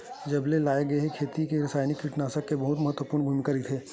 जब से लाए गए हे, खेती मा रासायनिक कीटनाशक के बहुत महत्वपूर्ण भूमिका रहे हे